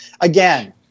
Again